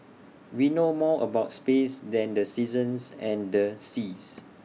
we know more about space than the seasons and the seas